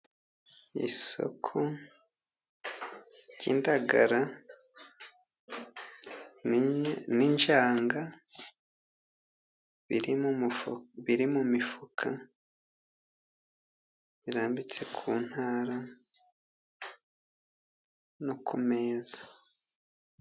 Isoko ry'indagara n'injanga, biri mu mifuka irambitse ku ntara no ku meza.